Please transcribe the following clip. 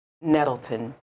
Nettleton